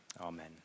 amen